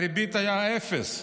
הריבית הייתה אפס.